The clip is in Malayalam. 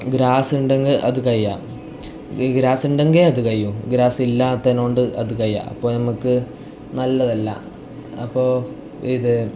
ഗ്രാസ് ഉണ്ടെങ്കിൽ അത് കഴിയുക ഗ്രാസ് ഉണ്ടെങ്കിൽ അത് കഴിയും ഗ്രാസ് ഇല്ലാത്തതുകൊണ്ട് അത് കഴിയില്ല അപ്പോൾ നമുക്ക് നല്ലതല്ല അപ്പോൾ ഇത്